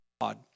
God